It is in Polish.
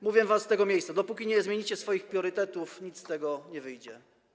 Mówię do was z tego miejsca: dopóki nie zmienicie swoich priorytetów, nic z tego nie wyjdzie.